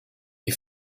est